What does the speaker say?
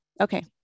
Okay